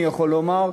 אני יכול לומר,